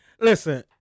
Listen